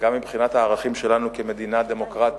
וגם מבחינת הערכים שלנו כמדינה דמוקרטית,